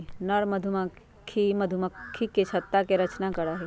नर मधुमक्खी मधुमक्खी के छत्ता के रचना करा हई